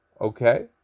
okay